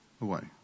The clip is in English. away